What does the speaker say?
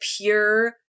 pure